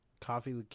coffee